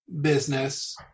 business